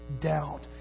doubt